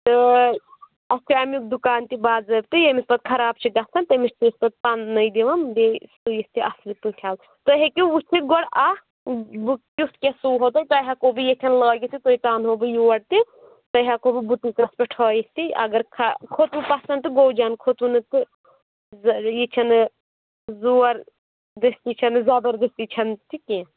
تہٕ اَسہِ چھُ امیُک دُکان تہِ باضٲبطہٕ ییٚمِس پَتہٕ خَراب چھُ گَژھان تٔمِس چھِ پتہٕ پنہٕ نُے دِوان بیٚیہِ سُہ یُس تہِ اصل پٲٹھۍ آسہِ تُہۍ ہیٚکِو وُچھِتھ گۄڈٕ اَکھ بہٕ کٮُ۪تھ کیٛاہ سُوہو پتہٕ تۄہہِ ہیٚکو بہٕ ییٚتھَن لٲگِتھ تہٕ تُہۍ ژانہو بہٕ یور تہِ تۄہہِ ہیٚکو بہٕ بُٹیٖکَس پٮ۪ٹھ ہٲوِتھ تہِ اگر خا کھۅتوٕ پَسَنٛد تہٕ گوٚو جان کھۅتوٕ نہٕ تہٕ یہِ چھَ نہٕ زور دستی چھَ نہٕ زبردستی چھَ نہٕ تہِ کیٚنٛہہ